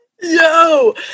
Yo